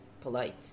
polite